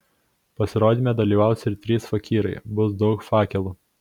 pasirodyme dalyvaus ir trys fakyrai bus daug fakelų